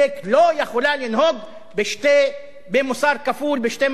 לא יכולה לנהוג במוסר כפול בשתי מערכות.